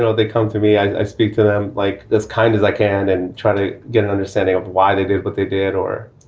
they come to me, i speak to them like this kind as i can and try to get an understanding of why they did what they did or